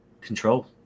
control